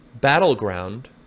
battleground